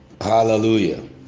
hallelujah